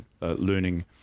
learning